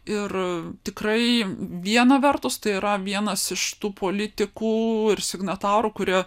ir tikrai viena vertus tai yra vienas iš tų politikų ir signatarų kurie